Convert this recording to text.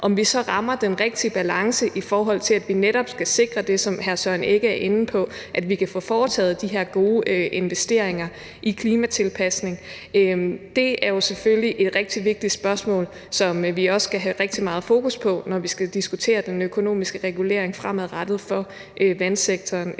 Om vi så rammer den rigtige balance, i forhold til at vi netop skal sikre det, som hr. Søren Egge Rasmussen er inde på, altså at vi kan få foretaget de her gode investeringer i klimatilpasning, er jo selvfølgelig et rigtig vigtigt spørgsmål, som vi også skal have rigtig meget fokus på, når vi skal diskutere den økonomiske regulering for vandsektoren